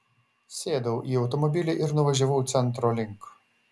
sėdau į automobilį ir nuvažiavau centro link